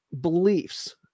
beliefs